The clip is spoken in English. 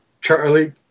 Charlie